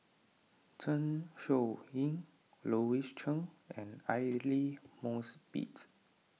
Zeng Shouyin Louis Chen and Aidli Mosbit